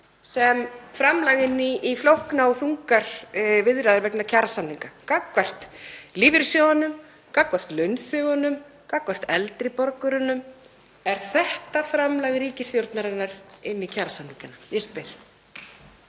sem framlag inn í flóknar og þungar viðræður vegna kjarasamninga gagnvart lífeyrissjóðunum, gagnvart launþegunum, gagnvart eldri borgurunum. Er þetta framlag ríkisstjórnarinnar inn í kjarasamningana? Ég spyr.